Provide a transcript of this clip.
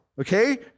okay